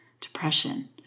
depression